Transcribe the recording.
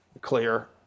clear